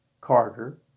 Carter